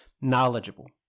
knowledgeable